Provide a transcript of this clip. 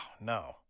no